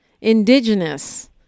indigenous